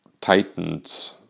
tightened